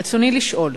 רצוני לשאול: